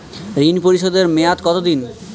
ঋণ পরিশোধের মেয়াদ কত দিন?